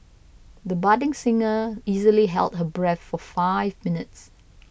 the budding singer easily held her breath for five minutes